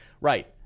Right